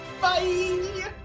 Bye